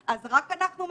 שנדע איך אנחנו